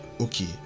Okay